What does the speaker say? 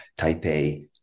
Taipei